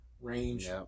range